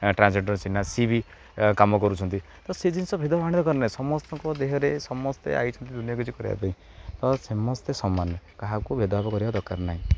transgender ସିନା ସ ବି କାମ କରୁଛନ୍ତି ତ ସେ ଜିନିଷ ଭେଦଭାବ ଦରକାର ନାହିଁ ସମସ୍ତଙ୍କ ଦେହରେ ସମସ୍ତେ ଆସିଛନ୍ତି ଦୁନିଆ କିଛି କରିବା ପାଇଁ ତ ସମସ୍ତେ ସମାନ କାହାକୁ ଭେଦଭାବ କରିବା ଦରକାର ନାହିଁ